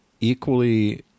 equally